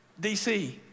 DC